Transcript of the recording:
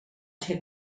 ser